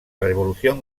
revolución